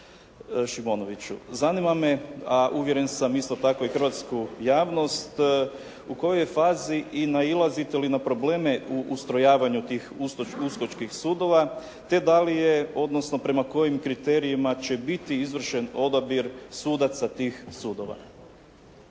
Šimonoviću. Zanima me, a uvjeren sam isto tako i hrvatsku javnost, u kojoj je fazi i nailazite li na probleme u ustrojavanju tih "USKOK-čkih sudova" te da i je odnosno prema kojim kriterijima će biti izvršen odabir sudaca tih sudova.